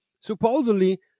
supposedly